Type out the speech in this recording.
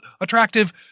attractive